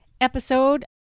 episode